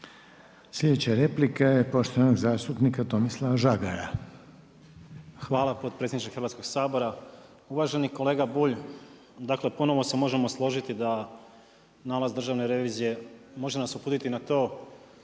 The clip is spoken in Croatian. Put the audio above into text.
Sljedeća replika je poštovanog zastupnika Tomislava Žagara. **Žagar, Tomislav (Nezavisni)** Hvala potpredsjedniče Hrvatskog sabora. Uvaženi kolega Bulj, dakle ponovo se možemo složiti da nalaz Državne revizije može nas uputiti na to